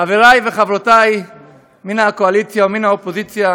חברי וחברותי מן הקואליציה ומן האופוזיציה,